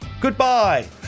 Goodbye